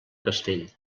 castell